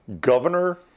governor